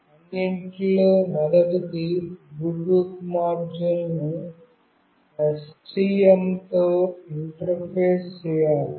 అన్నింటిలో మొదటిది బ్లూటూత్ మాడ్యూల్ను STM తో ఇంటర్ఫేస్ చేయాలి